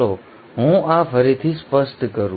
ચાલો હું આ ફરીથી સ્પષ્ટ કરું